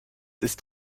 ist